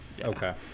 Okay